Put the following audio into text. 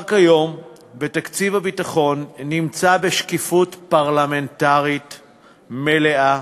כיום תקציב הביטחון נמצא בשקיפות פרלמנטרית מלאה,